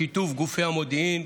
בשיתוף גופי המודיעין,